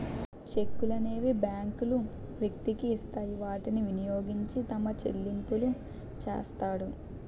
చెక్కులనేవి బ్యాంకులు వ్యక్తికి ఇస్తాయి వాటిని వినియోగించి తన చెల్లింపులు చేస్తాడు